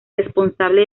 responsable